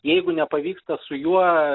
jeigu nepavyksta su juo